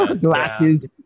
glasses